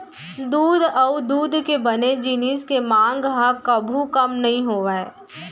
दूद अउ दूद के बने जिनिस के मांग ह कभू कम नइ होवय